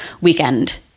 weekend